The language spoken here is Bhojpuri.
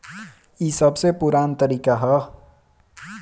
ई सबसे पुरान तरीका हअ